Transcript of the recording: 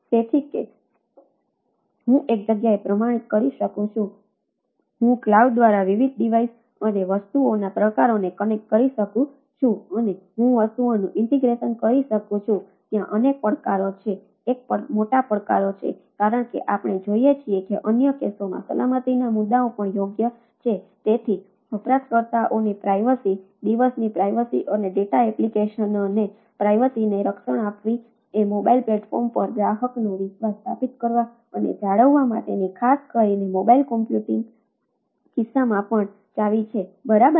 તેથી કે હું એક જગ્યાએ પ્રમાણિત કરી શકું છું હું ક્લાઉડ અને ડેટા એપ્લિકેશનની પ્રાઇવસીને રક્ષણ આપવી એ મોબાઇલ પ્લેટફોર્મ પર ગ્રાહકનો વિશ્વાસ સ્થાપિત કરવા અને જાળવવા માટેની ખાસ કરીને મોબાઇલ ક્લાઉડ કમ્પ્યુટિંગ કિસ્સામાં પણ ચાવી છે બરાબર ને